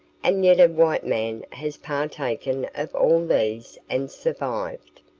and yet a white man has partaken of all these and survived.